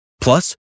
Plus